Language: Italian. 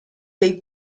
dei